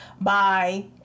bye